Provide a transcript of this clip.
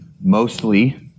mostly